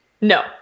no